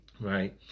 Right